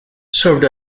served